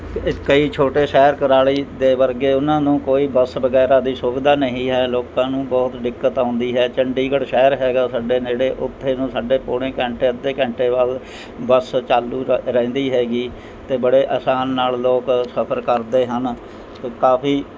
ਕਈ ਛੋਟੇ ਸ਼ਹਿਰ ਕੁਰਾਲੀ ਦੇ ਵਰਗੇ ਉਹਨਾਂ ਨੂੰ ਕੋਈ ਬੱਸ ਵਗੈਰਾ ਦੀ ਸੁਵਿਧਾ ਨਹੀਂ ਹੈ ਲੋਕਾਂ ਨੂੰ ਬਹੁਤ ਦਿੱਕਤ ਆਉਂਦੀ ਹੈ ਚੰਡੀਗੜ੍ਹ ਸ਼ਹਿਰ ਹੈਗਾ ਸਾਡੇ ਨੇੜੇ ਉੱਥੇ ਨੂੰ ਸਾਢੇ ਪੌਣੇ ਘੰਟੇ ਅੱਧੇ ਘੰਟੇ ਬਾਅਦ ਬੱਸ ਚਾਲੂ ਰ ਰਹਿੰਦੀ ਹੈਗੀ ਅਤੇ ਬੜੇ ਆਸਾਨੀ ਨਾਲ਼ ਲੋਕ ਸਫਰ ਕਰਦੇ ਹਨ ਕਾਫੀ